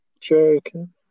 Joking